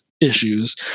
issues